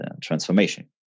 transformation